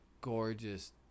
gorgeous